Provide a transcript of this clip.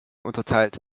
unterteilt